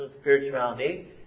spirituality